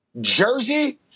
jersey